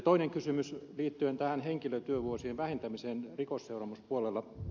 toinen kysymys liittyen henkilötyövuosien vähentämiseen rikosseuraamuspuolella